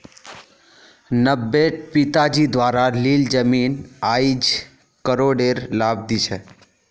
नब्बेट पिताजी द्वारा लील जमीन आईज करोडेर लाभ दी छ